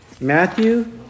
Matthew